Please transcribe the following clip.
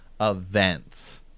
events